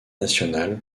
nationale